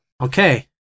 Okay